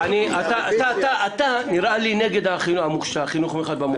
נראה לי שאתה נגד החינוך המיוחד במוכש"ר.